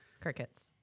Crickets